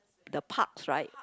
the parks right